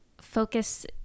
focus